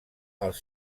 els